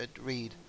read